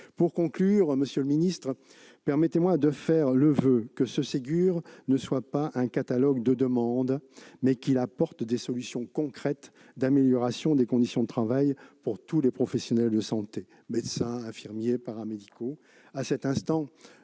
Pour conclure, monsieur le secrétaire d'État, permettez-moi de former le voeu que ce Ségur ne soit pas un catalogue de demandes, mais qu'il apporte des solutions concrètes pour améliorer les conditions de travail de tous les professionnels de santé : médecins, infirmiers, paramédicaux